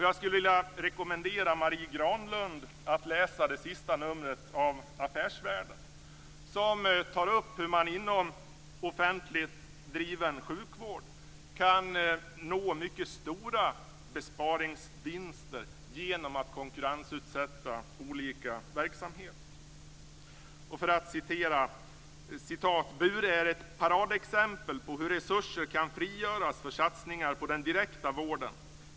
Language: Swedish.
Jag rekommenderar Marie Granlund att läsa det senaste numret av tidningen Affärsvärlden. Där tas det upp hur man inom offentligt driven sjukvård kan nå mycket stora besparingsvinster genom att konkurrensutsätta olika verksamheter. Jag citerar: "Bure är ett paradexempel på hur resurser kan frigöras för satsningar på den direkta vården.